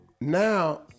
Now